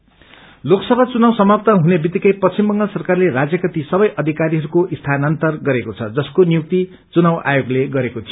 suspended Lok Sabha चुनाव समात्त हुने वित्तिकै पश्चिम बंगाल सरकारले राज्यका ती सवै अधिकारीहरूको स्थानान्तर गरेको छ जसको नियुक्ती चुनाव आयोगले गरेको थियो